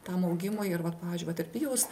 tam augimui ir vat pavyzdžiui vat ir pijaus